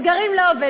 "אתגרים" לא עובד.